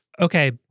Okay